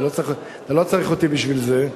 לא צריך אותי בשביל זה.